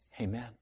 Amen